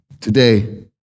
Today